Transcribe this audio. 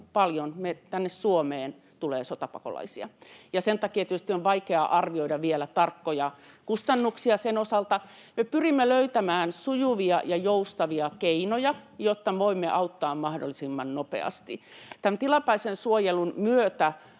meille tänne Suomeen tulee sotapakolaisia, ja sen takia tietysti on vaikeaa vielä arvioida tarkkoja kustannuksia sen osalta. Me pyrimme löytämään sujuvia ja joustavia keinoja, jotta voimme auttaa mahdollisimman nopeasti. Tämän tilapäisen suojelun myötä